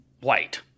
white